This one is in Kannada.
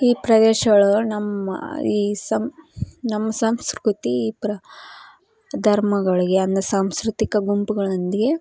ಈ ಪ್ರದೇಶ ಒಳಗೆ ನಮ್ಮ ಈ ಸಮ್ ನಮ್ಮ ಸಂಸ್ಕೃತಿ ಪ್ರ ಧರ್ಮಗಳಿಗೆ ಅಂದ್ರೆ ಸಾಂಸ್ಕೃತಿಕ ಗುಂಪುಗಳೊಂದಿಗೆ